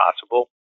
possible